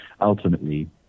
ultimately